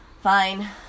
fine